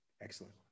Excellent